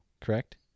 Correct